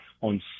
on